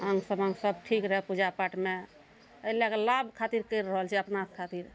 आंग समाङ्ग सब ठीक रहय पूजा पाठमे अइ लए कऽ लाभ खातिर करि रहल छै अपना खातिर